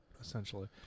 essentially